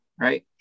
right